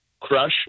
Crush